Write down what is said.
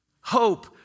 hope